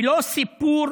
ולא סיפור